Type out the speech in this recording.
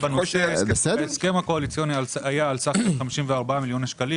ההסכם היה על סך 54 מיליון ₪,